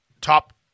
top